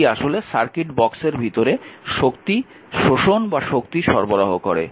এটি আসলে সার্কিট বাক্সের ভিতরে শক্তি শোষণ বা শক্তি সরবরাহ করে